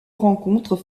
rencontres